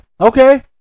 Okay